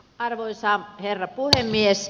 arvoisa herra puhemies